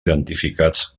identificats